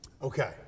Okay